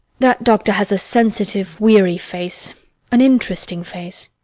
that doctor has a sensitive, weary face an interesting face.